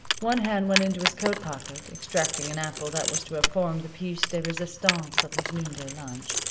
one hand went into his coat pocket, extracting an apple that was to have formed the piece de resistance of his noonday lunch.